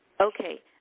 Okay